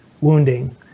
wounding